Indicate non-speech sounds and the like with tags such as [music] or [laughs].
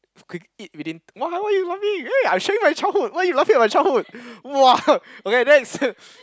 quick eat within !walao! why you laughing eh I show you my childhood why you laughing at my childhood !wah! [laughs] okay that is a [laughs]